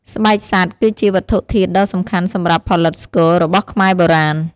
ស្បែកសត្វ គឺជាវត្ថុធាតុដ៏សំខាន់សម្រាប់ផលិតស្គររបស់ខ្មែរបុរាណ។